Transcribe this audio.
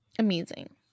amazing